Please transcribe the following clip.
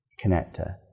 connector